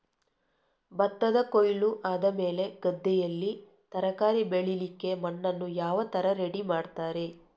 ಭತ್ತದ ಕೊಯ್ಲು ಆದಮೇಲೆ ಗದ್ದೆಯಲ್ಲಿ ತರಕಾರಿ ಬೆಳಿಲಿಕ್ಕೆ ಮಣ್ಣನ್ನು ಯಾವ ತರ ರೆಡಿ ಮಾಡ್ತಾರೆ?